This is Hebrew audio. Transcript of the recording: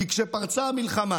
כי כשפרצה המלחמה